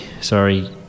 sorry